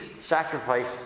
sacrifice